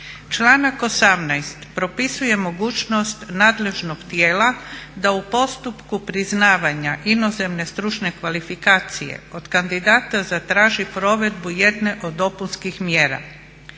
Članak 18. propisuje mogućnost nadležnog tijela da u postupku priznavanja inozemne stručne kvalifikacije od kandidata zatraži provedbu jedne od dopunskih mjera.